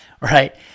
right